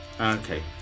Okay